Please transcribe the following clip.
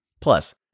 Plus